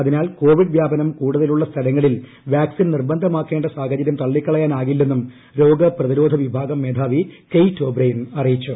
അതിനാൽ കോവിഡ് വ്യാപനം കൂടുതലുള്ള സ്ഥലങ്ങളിൽ വാക്സിൻ നിർബന്ധമാക്കേണ്ട സാഹചര്യം തള്ളിക്കളയാനാകില്ലെന്നും രോഗ പ്രതിരോധ വിഭാഗം മേധാവി കെയ്റ്റ് ഒബ്രിയൻ അറിയിച്ചു